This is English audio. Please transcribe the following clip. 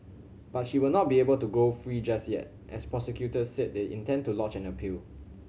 but she will not be able to go free just yet as prosecutors said they intend to lodge an appeal